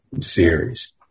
series